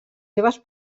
seves